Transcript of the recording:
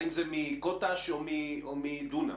האם זה לפי קוט"ש או לפי דונם?